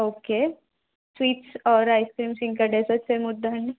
okay sweets or ice creams ఇంకా desserts ఏమి వద్దా అండి